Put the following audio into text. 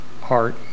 heart